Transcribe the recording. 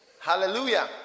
Hallelujah